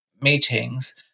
meetings